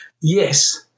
yes